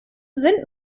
sind